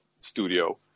studio